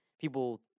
people